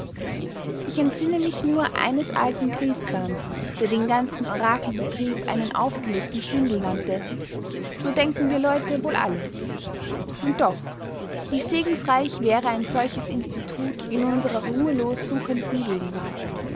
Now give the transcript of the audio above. ich entsinne mich nur eines alten griesgrams der den ganzen orakelbetrieb einen aufgelegten schwindel nannte so denken wir leute wohl alle und doch wie segensreich wäre ein solches institut in unserer ruhelos suchenden gegenwart